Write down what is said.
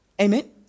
Amen